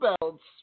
belts